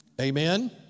Amen